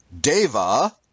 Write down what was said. Deva